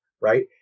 right